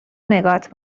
نگات